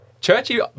Churchy